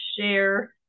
share